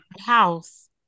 house